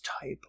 type